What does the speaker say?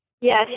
Yes